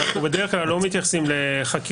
אנחנו בדרך כלל לא מתייחסים לחקירות